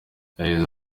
yagize